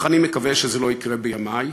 אך אני מקווה שזה לא יקרה בימי,